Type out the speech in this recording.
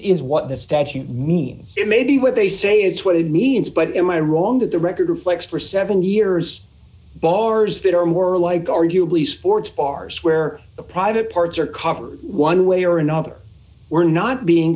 is what the statute means maybe what they say it's what it means but am i wrong that the record reflects for seven years bars that are more like arguably sports bars where the private parts are covered one way or another were not being